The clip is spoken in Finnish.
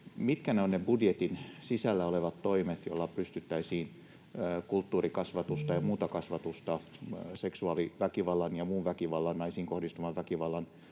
Mitkä ovat ne budjetin sisällä olevat toimet, joilla pystyttäisiin antamaan kulttuurikasvatusta ja muuta kasvatusta seksuaaliväkivallan ja muun väkivallan, naisiin kohdistuvan väkivallan,